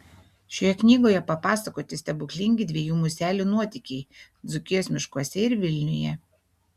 šioje knygoje papasakoti stebuklingi dviejų muselių nuotykiai dzūkijos miškuose ir vilniuje